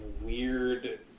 weird